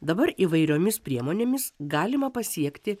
dabar įvairiomis priemonėmis galima pasiekti